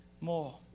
more